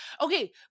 Okay